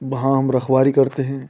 वहाँ हम रखवारी करते हैं